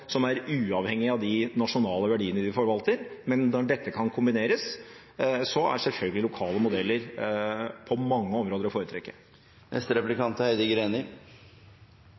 som er uavhengig av de nasjonale verdiene de forvalter. Men når dette kan kombineres, er selvfølgelig lokale modeller på mange områder å foretrekke. Jeg er